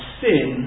sin